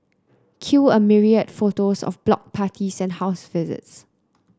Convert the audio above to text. cue a myriad photos of block parties and house visits